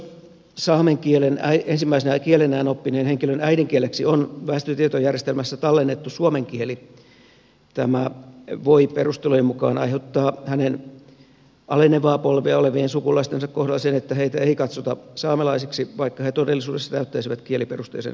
jos saamen kielen ensimmäisenä kielenään oppineen henkilön äidinkieleksi on väestötietojärjestelmässä tallennettu suomen kieli tämä voi perustelujen mukaan aiheuttaa hänen alenevaa polvea olevien sukulaistensa kohdalla sen että heitä ei katsota saamelaisiksi vaikka he todellisuudessa täyttäisivät kieliperusteisen saamelaismääritelmän kriteerit